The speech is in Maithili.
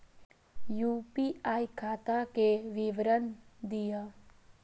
यू.पी.आई खाता के विवरण दिअ?